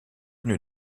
une